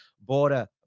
border